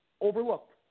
overlooked